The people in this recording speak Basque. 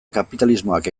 kapitalismoak